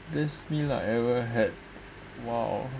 this meal I ever had !wow!